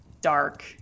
dark